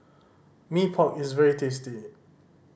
Mee Pok is very tasty